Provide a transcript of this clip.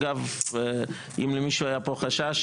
אגב אם למישהו היה פה חשש,